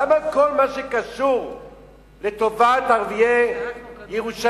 למה כל מה שקשור לטובת ערביי ירושלים,